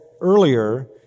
earlier